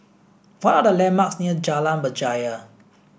what are the landmarks near Jalan Berjaya